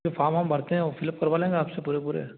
sir form वार्म भरते हैं फिल अप करवा लेंगे आपसे पूरे पूरे